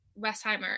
Westheimer